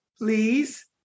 please